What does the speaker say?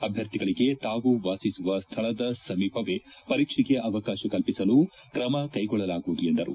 ಅಭ್ವರ್ಥಿಗಳಿಗೆ ತಾವು ವಾಸಿಸುವ ಸ್ಥಳದ ಸಮೀಪವೇ ಪರೀಕ್ಷೆಗೆ ಅವಕಾಶ ಕಲ್ಪಿಸಲು ಕ್ರಮ ಕೈಗೊಳ್ಳಲಾಗುವುದು ಎಂದರು